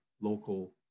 local